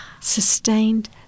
Sustained